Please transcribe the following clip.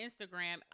Instagram